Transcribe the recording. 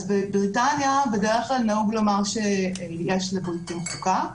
בבריטניה בדרך כלל נהוג לומר שיש לבריטים חוקה,